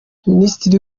minisitiri